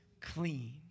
clean